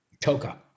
Toka